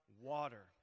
water